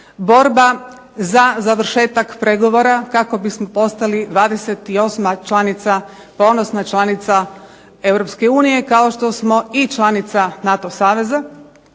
borba za završetak pregovora kako bismo postali 28. članica, ponosna članica, EU kao što smo i članica NATO saveza